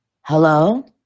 Hello